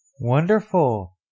Wonderful